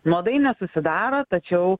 nuodai nesusidaro tačiau